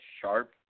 sharp